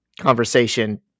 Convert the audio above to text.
conversation